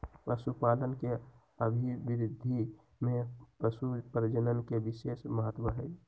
पशुपालन के अभिवृद्धि में पशुप्रजनन के विशेष महत्त्व हई